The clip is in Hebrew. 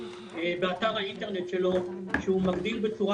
באתר האינטרנט שלו שהוא מגדיל בצורה